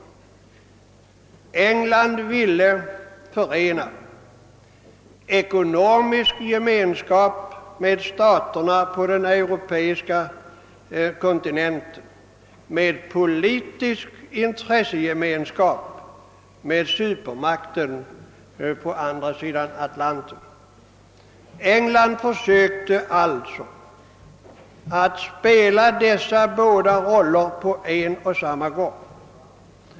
England ville förena ekonomisk gemenskap med staterna på den europeiska kontinenten och politisk intressegemenskap med supermakten på andra sidan Atlanten. England försökte också spela dessa båda roller på en gång.